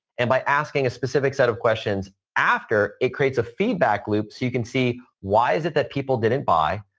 and by asking a specific set of questions after, it creates a feedback loop so you can see why is it that people didn't buy?